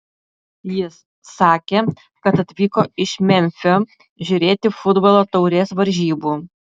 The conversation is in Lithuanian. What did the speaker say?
jis sakė kad atvyko iš memfio žiūrėti futbolo taurės varžybų